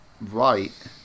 Right